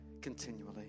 continually